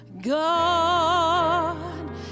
God